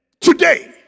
Today